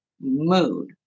mood